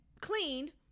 cleaned